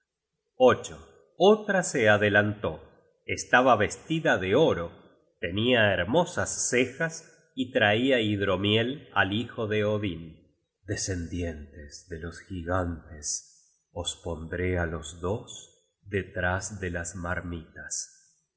de oro tenia hermosas cejas y traia hidromiel al hijo de odin descendientes de los gigantes os pondré á los dos detrás de las marmitas